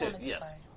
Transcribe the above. Yes